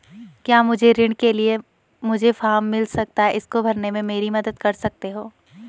क्या मुझे ऋण के लिए मुझे फार्म मिल सकता है इसको भरने में मेरी मदद कर सकते हो?